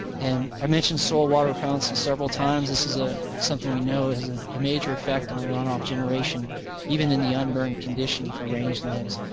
and i mentioned soil water repellency several times. this is a, something we know has ah a major effect on runoff generation even in the un-burned condition for rangelands.